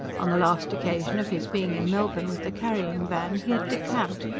on the last occasion of his being in melbourne with the carrying-van, he had decamped,